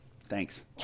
Thanks